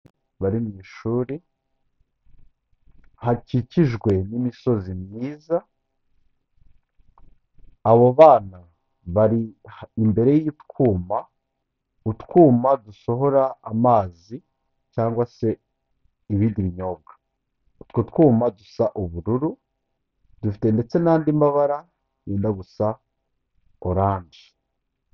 Bari mu ishuri, hakikijwe n'imisozi myiza, abo bana bari imbere y'utwuma, utwuma dusohora amazi cyangwa se ibindi binyobwa, utwo twuma dusa ubururu, dufite ndetse n'andi mabara yenda gusa oranje.